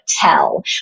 tell